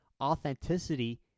authenticity